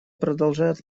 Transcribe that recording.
продолжает